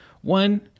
one